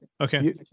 okay